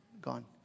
Gone